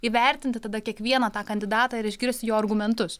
įvertinti tada kiekvieną tą kandidatą ir išgirst jo argumentus